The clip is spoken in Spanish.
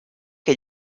que